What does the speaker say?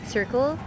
Circle